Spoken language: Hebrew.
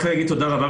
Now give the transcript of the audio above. רק להגיד תודה רבה,